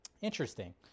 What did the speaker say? Interesting